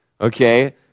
Okay